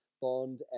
bond